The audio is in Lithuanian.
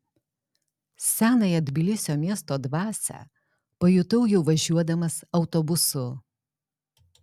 senąją tbilisio miesto dvasią pajutau jau važiuodamas autobusu